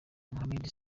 mohamed